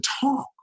talk